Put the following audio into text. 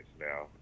now